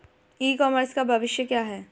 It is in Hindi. ई कॉमर्स का भविष्य क्या है?